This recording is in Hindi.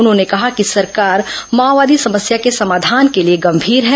उन्होंने कहा कि सरकार माओवादी समस्या के समाधान के लिए गंभीर है